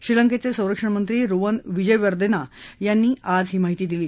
श्रीलंकेचे संरक्षण मंत्री रुवन विजेवदेंना यांनी आज ही माहिती दिली